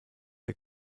der